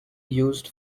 used